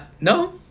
No